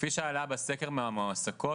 כפי שעלה בסקר עם המועסקות,